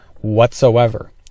whatsoever